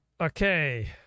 Okay